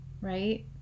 right